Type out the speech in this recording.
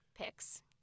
picks